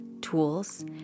tools